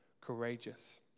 courageous